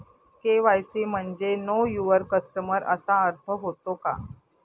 KYC म्हणजे know your customer असा अर्थ होतो का?